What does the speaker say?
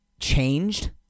Changed